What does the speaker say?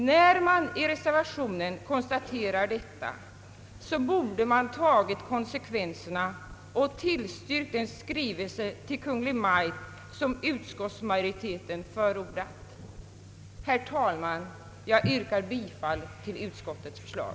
När man i reservationen konstaterar detta så borde man tagit konsekvenserna och tillstyrkt den skrivelse till Kungl. Maj:t som utskottsmajoriteten förordar. Jag yrkar, herr talman, bifall till utskottets förslag.